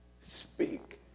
Speak